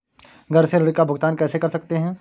घर से ऋण का भुगतान कैसे कर सकते हैं?